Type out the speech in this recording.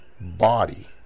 body